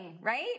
right